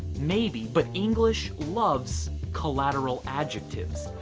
maybe. but english loves collateral adjectives.